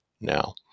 now